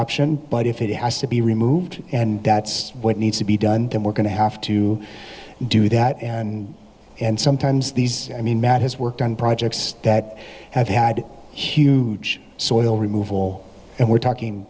option but if it has to be removed and that's what needs to be done then we're going to have to do that and and sometimes these i mean matt has worked on projects that have had huge soil removal and we're talking